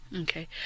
Okay